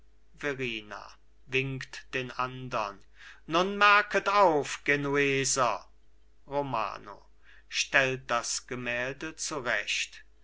winkt den andern nun merket auf genueser romano stellt das gemälde zurecht